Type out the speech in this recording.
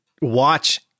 watch